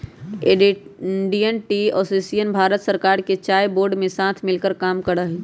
Indian tea association Bharat सरकार के चाय बोर्ड के साथ मिलकर काम करा हई